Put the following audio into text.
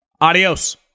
Adios